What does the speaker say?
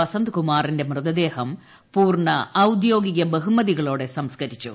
വസന്തകുമാറിന്റെ മൃതദേഹം പൂർണ ഔദ്യോഗിക ബഹുമതികളോടെ സംസ്കരിച്ചു